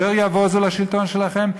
יותר יבוזו לשלטון שלכם,